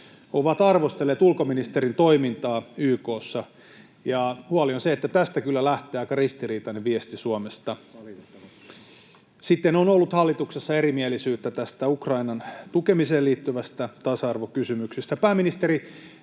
on arvostellut ulkoministerin toimintaa YK:ssa, ja huoli on se, että tästä kyllä lähteä aika ristiriitainen viesti Suomesta. [Vasemmistoliiton ryhmästä: Valitettavasti!] Sitten on ollut hallituksessa erimielisyyttä tästä Ukrainan tukemiseen liittyvästä tasa-arvokysymyksestä. Pääministeri,